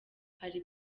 hari